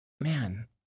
man